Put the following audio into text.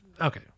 okay